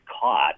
caught